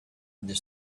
the